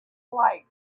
flight